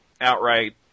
Outright